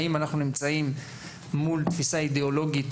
האם אנחנו נמצאים מול תפיסה אידיאולוגית